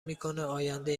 میکنه، آینده